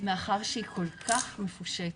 מאחר שהיא כל כך מפושטת,